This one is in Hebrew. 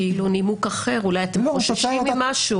כאילו יש נימוק אחר ואולי אתם חוששים ממשהו.